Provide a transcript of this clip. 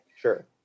sure